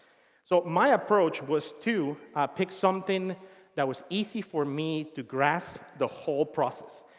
so my approach was to pick something that was easy for me to grasp the whole process.